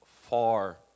far